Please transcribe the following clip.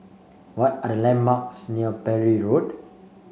what are the landmarks near Parry Road